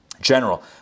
general